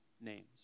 names